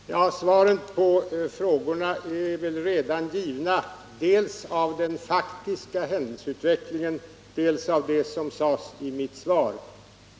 Herr talman! Svaren på frågorna är redan givna, dels av den faktiska händelseutvecklingen, dels av det som sades i mitt svar.